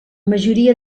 majoria